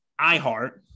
iHeart